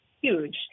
huge